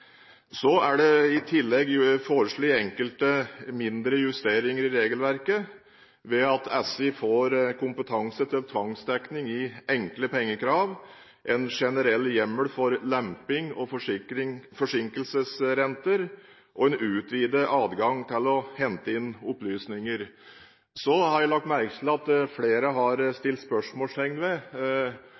Så er det i tillegg foreslått enkelte mindre justeringer i regelverket ved at SI får kompetanse til tvangsdekning i enkle pengekrav, en generell hjemmel for lemping og forsinkelsesrenter og en utvidet adgang til å hente inn opplysninger. Så har jeg lagt merke til at flere har stilt spørsmål ved